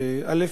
א.